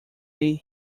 his